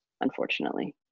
unfortunately